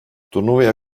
turnuvaya